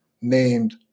named